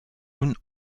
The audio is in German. und